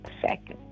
second